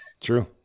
true